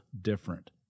different